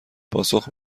پاسخ